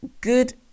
good